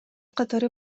катары